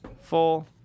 Full